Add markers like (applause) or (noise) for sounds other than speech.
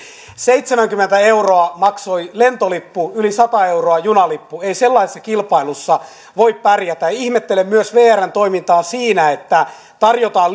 seitsemänkymmentä euroa maksoi lentolippu yli sata euroa junalippu ei sellaisessa kilpailussa voi pärjätä ihmettelen myös vrn toimintaa siinä että kun tarjotaan (unintelligible)